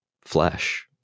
flesh